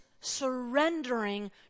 surrendering